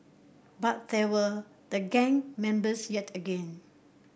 but there were the gun members yet again